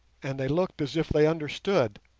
and they looked as if they understood.